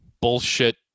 bullshit